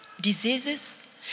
diseases